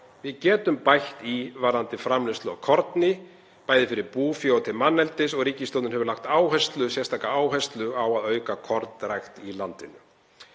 Við getum bætt í varðandi framleiðslu á korni, bæði fyrir búfé og til manneldis, og ríkisstjórnin hefur lagt sérstaka áherslu á að auka kornrækt í landinu.